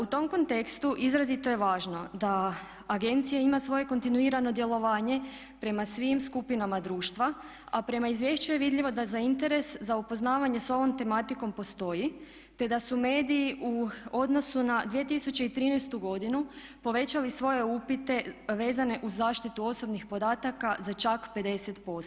U tom kontekstu izrazito je važno da agencija ima svoje kontinuirano djelovanje prema svim skupinama društva a prema izvješću je vidljivo da za interes za upoznavanje sa ovom tematikom postoji te da su mediji u odnosu na 2013. godinu povećali svoje upite vezane uz zaštitu osobnih podataka za čak 50%